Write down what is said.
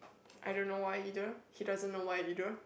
I don't know why either he doesn't know why either